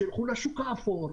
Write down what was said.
שילכו לשוק האפור,